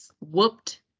whooped